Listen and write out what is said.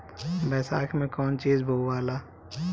बैसाख मे कौन चीज बोवाला?